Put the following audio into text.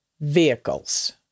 vehicles